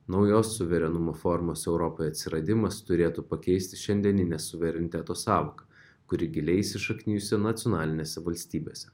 naujos suverenumo formos europoj atsiradimas turėtų pakeisti šiandieninę suvereniteto sąvoką kuri giliai įsišaknijusi nacionalinėse valstybėse